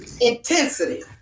Intensity